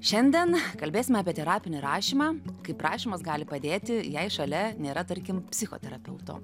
šiandieną kalbėsime apie terapinį rašymą kaip rašymas gali padėti jei šalia nėra tarkim psichoterapeuto